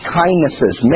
kindnesses